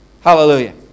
Hallelujah